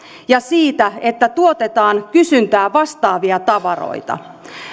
ja siitä että tuotetaan kysyntää vastaavia tavaroita